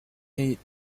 eight